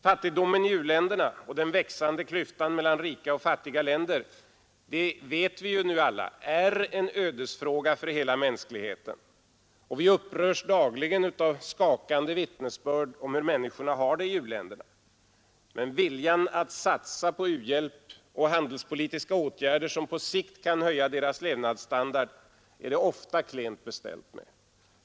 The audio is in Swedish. Fattigdomen i u-länderna och den växande klyftan mellan rika och fattiga länder vet vi nu alla är en ödesfråga för hela mänskligheten. Vi upprörs dagligen av skakande vittnesbörd om hur människorna har det i u-länderna, men viljan att satsa på u-hjälp och handelspolitiska åtgärder som på sikt kan höja deras levnadsstandard är det ofta klent beställt med.